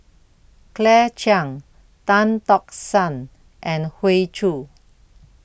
Claire Chiang Tan Tock San and Hoey Choo